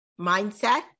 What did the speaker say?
mindset